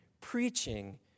preaching